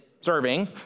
serving